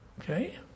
Okay